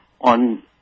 on